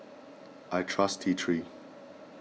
I trust T three